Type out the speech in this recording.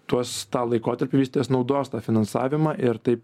tuos tą laikotarpį jis ties naudos tą finansavimą ir taip